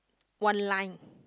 one line